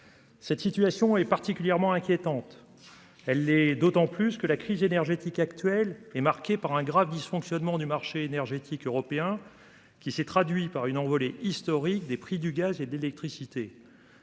Cette situation est particulièrement inquiétante. Elle est d'autant plus que la crise énergétique actuelle est marquée par un grave dysfonctionnement du marché énergétique européen qui s'est traduit par une envolée historique des prix du gaz et d'électricité.